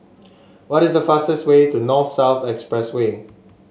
what is the fastest way to North South Expressway